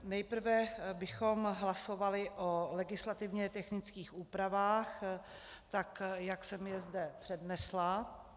Nejprve bychom hlasovali o legislativně technických úpravách, jak jsem je zde přednesla.